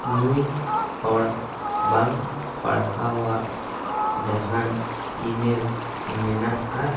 ᱱᱩᱭ ᱦᱚᱲ ᱵᱟᱝ ᱯᱟᱲᱦᱟᱣᱟᱜ ᱡᱟᱦᱟᱱ ᱤᱢᱮᱞ ᱢᱮᱱᱟᱜᱼᱟ